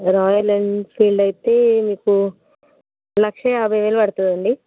royal Enfield అయితే మీకు లక్ష యాభై వేలు పడుతుందండి